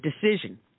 decision